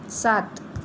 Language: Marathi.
सात